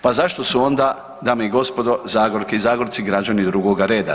Pa zašto su onda, dame i gospodo, Zagorke i Zagorci građani drugoga reda?